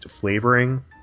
flavoring